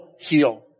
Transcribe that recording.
heal